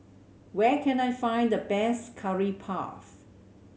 where can I find the best Curry Puff